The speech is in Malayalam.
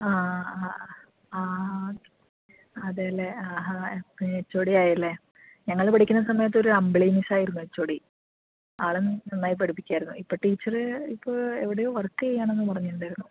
ആ ആ ആ ആ അതെയല്ലേ ആഹാ അപ്പോൾ എച്ച് ഒ ഡി ആയല്ലേ ഞങ്ങൾ പഠിക്കുന്ന സമയത്ത് ഒരു അമ്പിളി മിസ്സായിരുന്നു എച്ച് ഒ ഡി ആളും നന്നായി പഠിപ്പിക്കുമായിരുന്നു ഇപ്പോൾ ടീച്ചറ് ഇപ്പോൾ എവിടെയോ വർക്ക് ചെയ്യുകയാണെന്ന് പറഞ്ഞിട്ടുണ്ടായിരുന്നു